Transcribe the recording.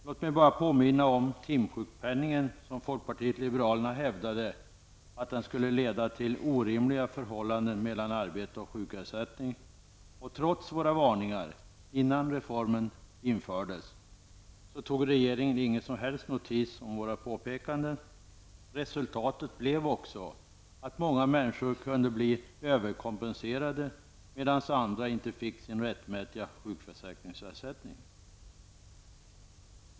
Låt mig bara påminna om timsjukpenningen, som folkpartiet liberalerna hävdade skulle leda till orimliga förhållanden mellan arbete och sjukersättning. Trots våra varningar innan reformen infördes, tog regeringen ingen som helst notis om våra påpekanden. Resultatet blev också att många människor kunde bli överkompenserade medan andra inte fick sin rättmätiga sjukförsäkringsersättning.